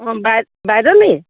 অঁ বাইদেউ নি